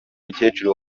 mukecuru